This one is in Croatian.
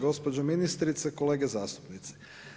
Gospođo ministrice, kolege zastupnici.